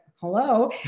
hello